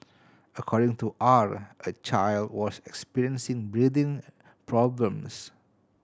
according to R a child was experiencing breathing problems